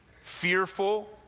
fearful